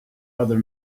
other